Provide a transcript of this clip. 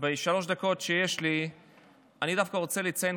בשלוש הדקות שיש לי אני דווקא רוצה לציין